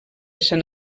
sant